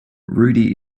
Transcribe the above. rudy